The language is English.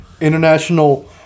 International